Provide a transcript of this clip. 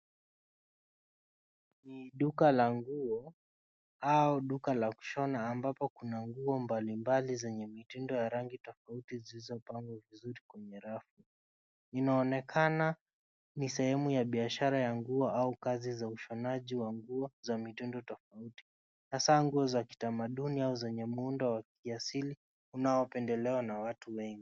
Ni duka la nguo au duka la kushona ambapo kuna nguo mbalimbali zenye mitindo ya rangi tofauti zilizopangwa kwenye rafu. Inaonekana ni sehemu ya biashara ya nguo au kazi za ushonaji wa nguo za mitindo tofauti, hasaa nguo za kitamaduni au zenye muundo wa kiasili unaopendelewa na watu wengi.